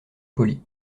polie